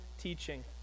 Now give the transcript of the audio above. teaching